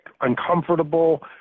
uncomfortable